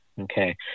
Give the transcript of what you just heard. Okay